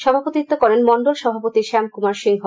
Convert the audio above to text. সভাপতিত্ব করেন মন্ডল সভাপতি শ্যাম কুমার সিংহ